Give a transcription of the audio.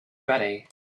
valley